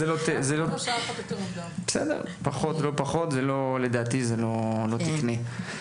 לא פחות, לדעתי זה לא תקני.